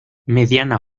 mediana